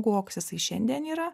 koks jisai šiandien yra